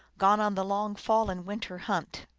gone on the long fall and win ter hunt.